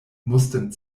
mussten